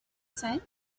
say